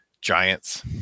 giants